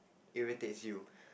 irritates you